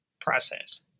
process